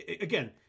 again